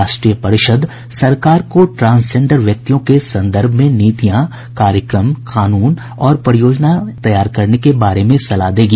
राष्ट्रीय परिषद सरकार को ट्रांसजेंडर व्यक्तियों के संदर्भ में नीतियां कार्यक्रम कानून और परियोजनाएं तैयार करने के बारे में सलाह देगी